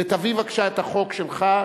ותביא בבקשה את החוק שלך,